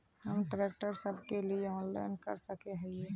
हम ट्रैक्टर सब के लिए ऑनलाइन कर सके हिये?